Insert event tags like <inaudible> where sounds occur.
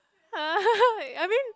<laughs> I mean